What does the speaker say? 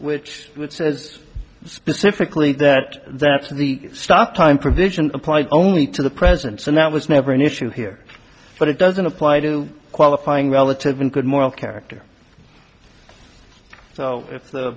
which says specifically that that's the stop time provision applies only to the president so now was never an issue here but it doesn't apply to qualifying relative in good moral character so if the